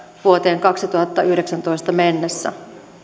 vuoteen kaksituhattayhdeksäntoista mennessä